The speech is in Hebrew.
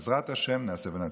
בעזרת השם, נעשה ונצליח.